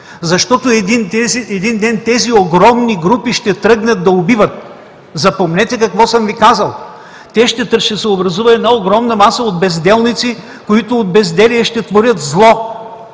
Един ден тези огромни групи ще тръгнат да убиват. Запомнете какво съм Ви казал! Ще са образува една огромна маса от безделници, които от безделие ще творят зло.